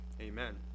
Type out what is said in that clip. amen